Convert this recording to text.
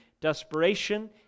desperation